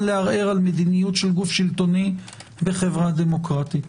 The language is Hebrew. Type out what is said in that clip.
לערער על מדיניות של גוף שלטוני בחברה דמוקרטית.